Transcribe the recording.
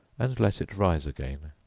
and let it rise again.